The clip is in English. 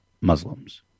Muslims